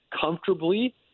comfortably